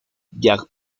jack